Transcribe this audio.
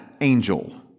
angel